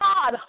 God